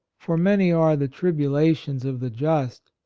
for many are the tribulations of the just,